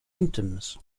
symptoms